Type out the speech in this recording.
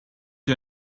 you